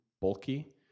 bulky